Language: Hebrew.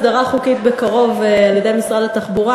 בקרוב הסדרה חוקית על-ידי משרד התחבורה.